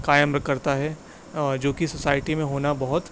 قائم کرتا ہے جوکہ سوسائٹی میں ہونا بہت